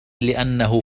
لأنه